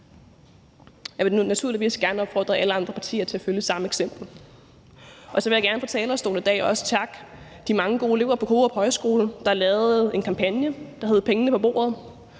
Jeg vil naturligvis gerne opfordre alle andre partier til at følge vores eksempel. Så vil jeg i dag fra talerstolen også gerne takke de mange gode elever på Krogerup Højskole, der lavede en kampagne, der hed »Pengene på bordet«.